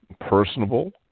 personable